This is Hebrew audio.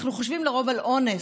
אנחנו חושבים לרוב על אונס,